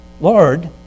Lord